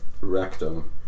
rectum